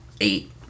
Eight